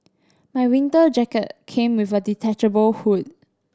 my winter jacket came with a detachable hood